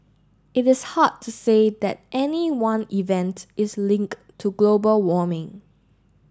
it is hard to say that any one event is linked to global warming